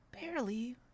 Barely